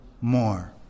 more